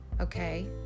okay